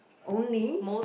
only